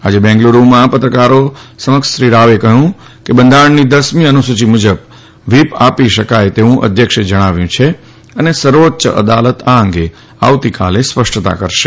આજે બેંગલુરૂમાં પત્રકારો સમક્ષ શ્રી રાવે કહ્યું કે બંધારણની દસમી અનુસૂચિ મુજબ વ્હીપ આપી શકાય તેવું અધ્યક્ષે જણાવ્યું છે અને સર્વોચ્ય અદાલત આ અંગે આવતીકાલે સ્પષ્ટતા કરશે